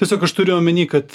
tiesiog aš turiu omeny kad